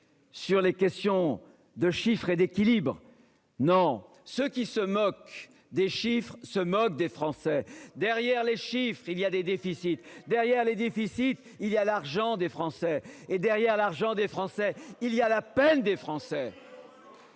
Sur les questions de chiffres et d'équilibre. Non ce qui se moque des chiffres se moque des Français derrière les chiffres, il y a des déficits derrière les déficits. Il y a l'argent des Français et derrière l'argent des Français. Il y a la peine des Français.